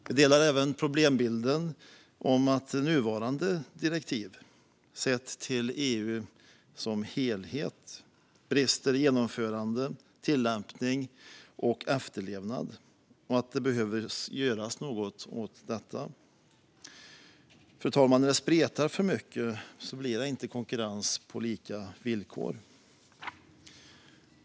Vi instämmer även i problembilden av att nuvarande direktiv, sett till EU som helhet, brister i fråga om genomförande, tillämpning och efterlevnad. Något behöver göras åt detta. Fru talman! När det spretar för mycket blir det inte konkurrens på lika villkor.